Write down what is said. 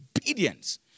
Obedience